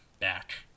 Back